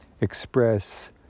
express